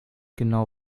genau